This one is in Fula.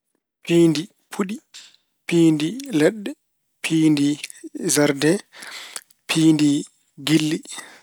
Piindi puɗi, piindi leɗɗe, piindi jardeŋ, piindi giɗli.